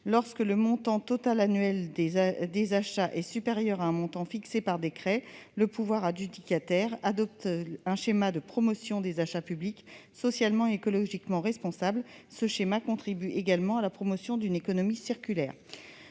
Lorsque le montant total annuel de ses achats est supérieur à un montant fixé par décret, le pouvoir adjudicateur [...] adopte un schéma de promotion des achats publics socialement et écologiquement responsables. » Ce schéma contribue également à la promotion d'une économie circulaire.